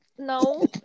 No